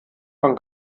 von